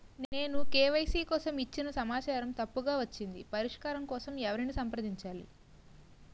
నేను కే.వై.సీ కోసం ఇచ్చిన సమాచారం తప్పుగా వచ్చింది పరిష్కారం కోసం ఎవరిని సంప్రదించాలి?